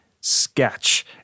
sketch